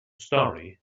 story